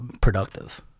productive